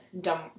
dumb